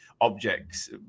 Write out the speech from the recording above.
objects